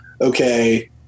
okay